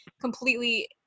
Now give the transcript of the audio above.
completely